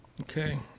Okay